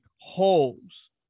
holes